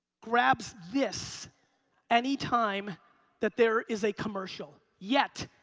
grabs this any time that there is a commercial. yet,